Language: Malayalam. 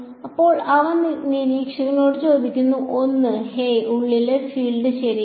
ഇപ്പോൾ അവൻ നിരീക്ഷകനോട് ചോദിക്കുന്നു 1 ഹേയ് ഉള്ളിലെ ഫീൽഡ് ശരിയാണ്